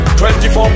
24